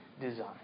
design